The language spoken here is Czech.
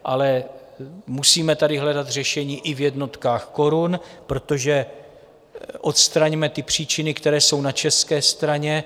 Ale musíme tady hledat řešení i v jednotkách korun, protože odstraňme ty příčiny, které jsou na české straně.